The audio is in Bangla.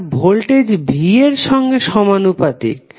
সেটা ভোল্টেজ v এর সঙ্গে সমানুপাতিক